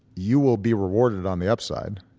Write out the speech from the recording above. you will be rewarded on the upside.